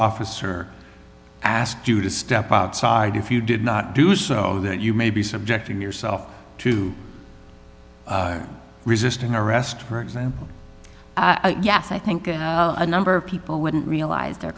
officer asked you to step outside if you did not do so that you may be subjecting yourself to resisting arrest for example yes i think a number of people wouldn't realize their